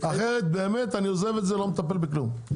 אחרת אני עוזב את זה ולא מטפל בכלום.